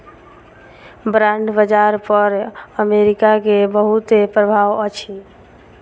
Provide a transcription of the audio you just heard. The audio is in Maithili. बांड बाजार पर अमेरिका के बहुत प्रभाव अछि